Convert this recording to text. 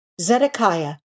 Zedekiah